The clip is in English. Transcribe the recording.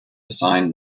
sign